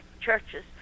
churches